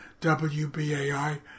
wbai